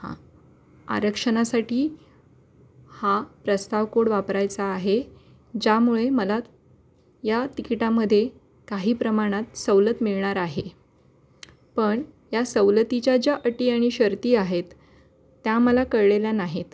हां आरक्षणासाठी हा प्रस्ताव कोड वापरायचा आहे ज्यामुळे मला या तिकिटामध्ये काही प्रमाणात सवलत मिळणार आहे पण या सवलतीच्या ज्या अटी आणि शर्ती आहेत त्या मला कळलेल्या नाहीत